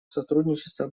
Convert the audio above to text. сотрудничество